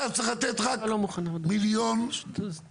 אתה צריך לתת רק מיליון שקלים,